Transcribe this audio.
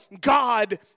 God